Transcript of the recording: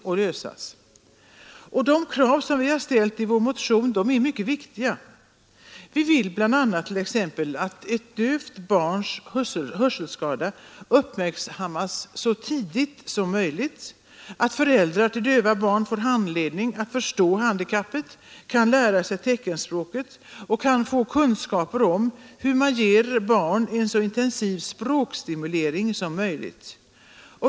Och de krav som vi har ställt i vår motion är mycket viktiga. Vi vill bl.a. att ett dövt barns hörselskada uppmärksammas så tidigt som möjligt och att föräldrar till döva barn får handledning i att förstå handikappet, kan lära sig teckenspråket och skaffa sig kunskaper om hur man ger barn en så intensiv språkstimulering som möjligt.